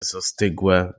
zastygłe